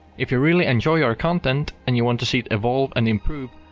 if you really enjoy our content, and you want to see it evolve and improve,